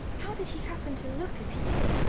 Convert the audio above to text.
how did he happen to look as he did,